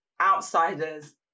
outsiders